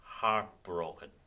heartbroken